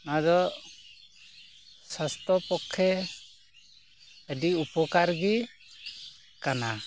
ᱟᱫᱚ ᱥᱟᱥᱛᱷᱚ ᱯᱚᱠᱷᱮ ᱟᱹᱰᱤ ᱩᱯᱚᱠᱟᱹᱨ ᱜᱮ ᱠᱟᱱᱟ